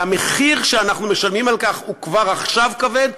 והמחיר שאנחנו משלמים על כך הוא כבר עכשיו כבד,